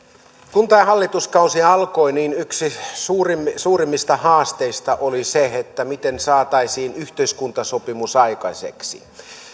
kun tämä hallituskausi alkoi niin yksi suurimmista suurimmista haasteista oli se miten saataisiin yhteiskuntasopimus aikaiseksi